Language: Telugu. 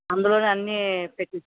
అందులోనే అన్ని పెట్టె